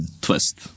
twist